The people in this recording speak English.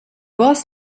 was